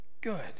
good